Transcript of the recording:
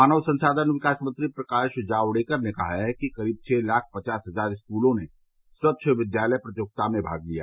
मानव संसाधन विकास मंत्री प्रकाश जाक्डेकर ने कहा है कि करीब छह लाख पचास हजार स्कूलों ने स्वच्छ विद्यालय प्रतियोगिता में भाग लिया